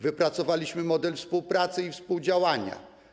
Wypracowaliśmy model współpracy i współdziałania.